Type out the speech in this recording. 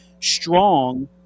strong